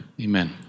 Amen